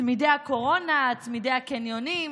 צמידי הקורונה, צמידי הקניונים?